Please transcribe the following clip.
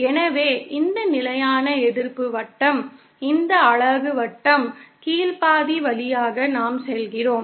எனவே இந்த நிலையான எதிர்ப்பு வட்டம் இந்த அலகு வட்டம் கீழ் பாதி வழியாக நாம் செல்கிறோம்